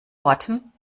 worten